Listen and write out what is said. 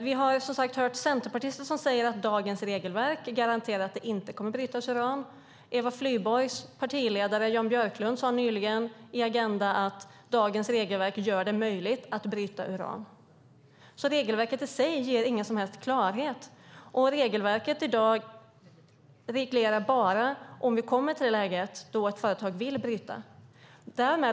Vi har hört centerpartister som säger att dagens regelverk garanterar att det inte kommer att brytas uran. Eva Flyborgs partiledare Jan Björklund sade nyligen i Agenda att dagens regelverk gör det möjligt att bryta uran. Regelverket i sig ger alltså ingen som helst klarhet. Regelverket i dag reglerar bara om vi kommer till läget då ett företag vill bryta.